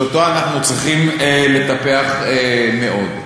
שאותו אנחנו צריכים לטפח מאוד.